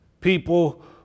people